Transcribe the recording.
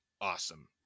awesome